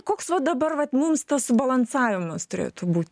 koks va dabar vat mums tas subalansavimas turėtų būt